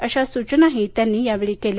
अशाही सूचना त्यांनी यावेळी केल्या